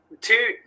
two